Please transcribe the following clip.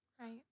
right